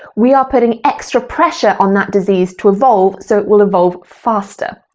we are putting extra pressure on that disease to evolve so it will evolve faster.